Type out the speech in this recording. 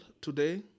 today